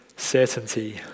certainty